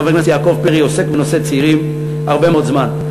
אז: חבר כנסת יעקב פרי עוסק בנושא צעירים הרבה מאוד זמן.